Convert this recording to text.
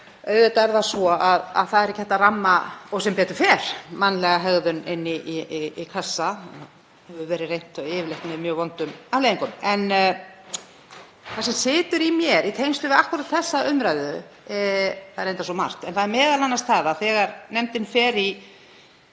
Auðvitað er það svo að það er ekki hægt að ramma, og sem betur fer, mannlega hegðun inn í kassa. Það hefur verið reynt og yfirleitt með mjög vondum afleiðingum. En það sem situr í mér í tengslum við akkúrat þessa umræðu, það er reyndar svo margt, er m.a. það að þegar nefndin fer í